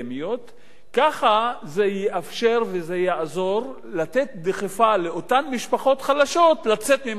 זה יאפשר וזה יעזור לתת דחיפה לאותן משפחות חלשות לצאת ממצב העוני שלהן.